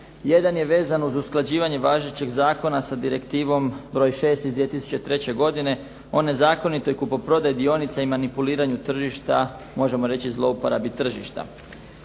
Jedan je vezan uz usklađivanje važećeg zakona sa Direktivom broj 6 iz 2003. godine o nezakonitoj kupoprodaji dionica i manipuliranju tržišta možemo reći zlouporabi tržišta.